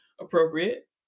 appropriate